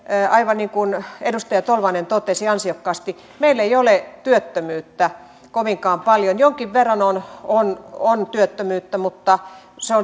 aivan niin kuin edustaja tolvanen totesi ansiokkaasti meillä ei ole työttömyyttä kovinkaan paljon jonkin verran on on työttömyyttä mutta